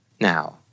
now